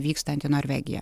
vykstant į norvegiją